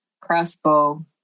crossbow